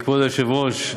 כבוד היושב-ראש,